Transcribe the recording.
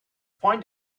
find